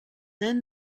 then